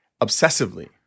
obsessively